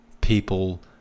people